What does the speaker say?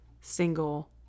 single